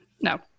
no